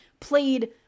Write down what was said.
played